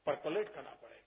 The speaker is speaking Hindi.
परकोलेट करना पड़ेगा